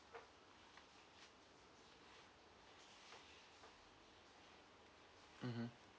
mmhmm